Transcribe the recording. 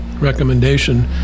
recommendation